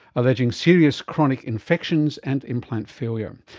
alleging serious chronic infections and implant failure.